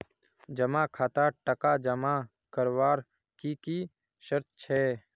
जमा खातात टका जमा करवार की की शर्त छे?